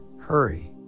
hurry